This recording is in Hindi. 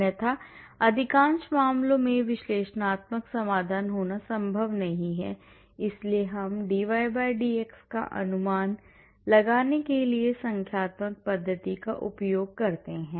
अन्यथा अधिकांश मामलों में विश्लेषणात्मक समाधान होना संभव नहीं है इसलिए हम dydx का अनुमान लगाने के लिए संख्यात्मक पद्धति का उपयोग करते हैं